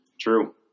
True